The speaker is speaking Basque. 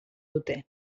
dute